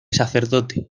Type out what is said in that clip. sacerdote